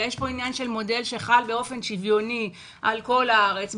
אלא יש כאן עניין של מודל שחל באופן שוויוני על כל הארץ,